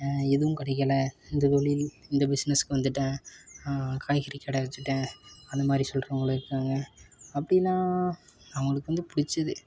எதுவும் கிடைக்கில இந்த தொழில் இந்த பிஸ்னெஸ்க்கு வந்துட்டேன் காய்கறி கடை வச்சிட்டேன் அந்த மாதிரி சொல்கிறவங்களும் இருக்காங்க அப்படின்னா அவங்களுக்கு வந்து பிடிச்சது